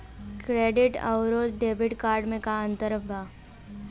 Credit अउरो debit card मे का अन्तर बा?